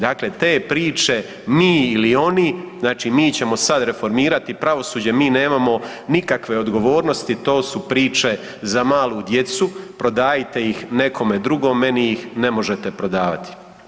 Dakle, te priče mi ili oni, znači mi ćemo sad reformirati pravosuđe, mi nemamo nikakve odgovornosti, to su priče za malu djecu, prodajite ih nekome drugom, meni ih ne možete prodavati.